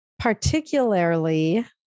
particularly